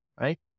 right